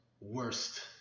worst